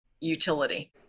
utility